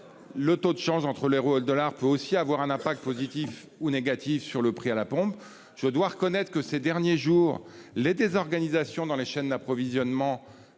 Le taux de change entre l'euro et le dollar peut également avoir un impact positif ou négatif sur le prix à la pompe. Je dois reconnaître que, ces derniers jours, les désorganisations dans les chaînes d'approvisionnement